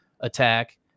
attack